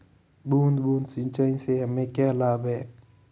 बूंद बूंद सिंचाई से हमें क्या लाभ है?